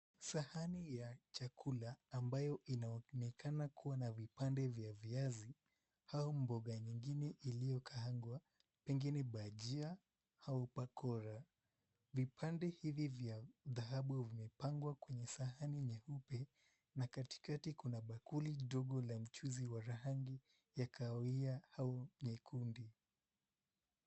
Sahani ya chakula ambayo inaonekana kuwa na vipande vya viazi au mboga nyingine iliyokaangwa, pengine bajia au pakora. Vipande hivi vya dhahabu vimepangwa kwenye sahani nyeupe na katikati kuna bakuli dogo la mchuzi wa rangi ya kahawia au nyekundu.